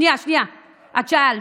את שאלת.